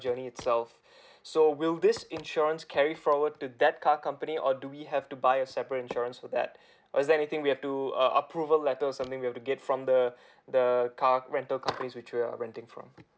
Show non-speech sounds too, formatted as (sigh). journey itself (breath) so will this insurance carry forward to that car company or do we have to buy a separate insurance for that (breath) or is there anything we have to uh approval letter or something we have to get from the (breath) the car rental companies which we're renting from